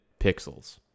pixels